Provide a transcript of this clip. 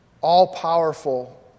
all-powerful